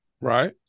Right